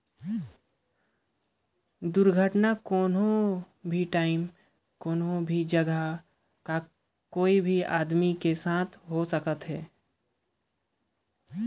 दुरघटना, कोनो घरी भी, कोनो भी जघा, ककरो संघे, कहो ल भी होए सकथे